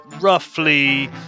roughly